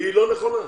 אינה נכונה.